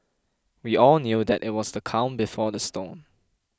we all knew that it was the calm before the storm